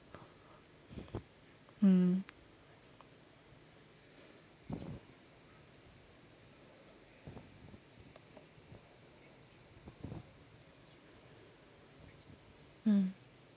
mm mm